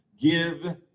Give